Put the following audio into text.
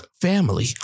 family